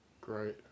Great